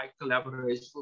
collaboration